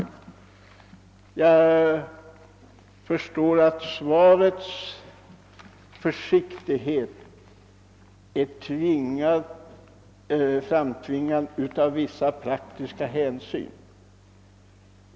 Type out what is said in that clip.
Jag förstår att de försiktiga formuleringarna i svaret framtvingats av vissa praktiska hänsyn.